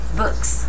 books